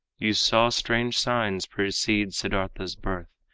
you saw strange signs precede siddartha's birth,